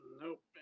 nope